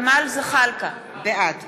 זחאלקה, בעד